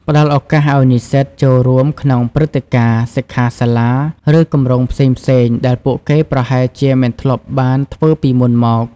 ផ្តល់ឱកាសឱ្យនិស្សិតចូលរួមក្នុងព្រឹត្តិការណ៍ សិក្ខាសាលា ឬគម្រោងផ្សេងៗដែលពួកគេប្រហែលជាមិនធ្លាប់បានធ្វើពីមុនមក។